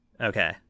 Okay